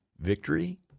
victory